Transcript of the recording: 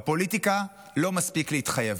בפוליטיקה לא מספיק להתחייב,